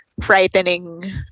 frightening